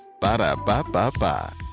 Ba-da-ba-ba-ba